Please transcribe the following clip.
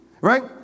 Right